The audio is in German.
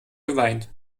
geweint